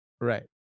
Right